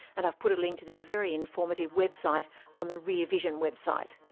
and i've put a link to their very informative website on the rear vision website.